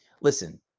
Listen